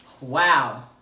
Wow